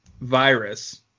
virus